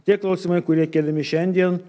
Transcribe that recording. tie klausimai kurie keliami šiandien